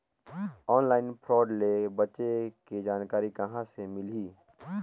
Online fraud ले बचे के जानकारी कहां ले मिलही?